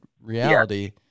Reality